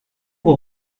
vos